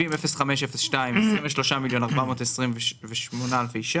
700502 23.428 מיליון,